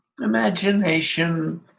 imagination